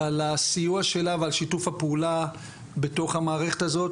ועל הסיוע שלה ועל שיתוף הפעולה בתוך המערכת הזאת.